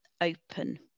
open